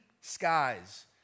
skies